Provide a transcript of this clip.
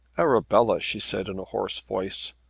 arabella, she said in a hoarse voice,